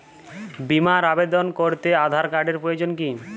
বিমার আবেদন করতে আধার কার্ডের প্রয়োজন কি?